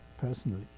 personally